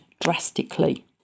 drastically